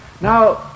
Now